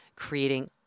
creating